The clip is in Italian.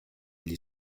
gli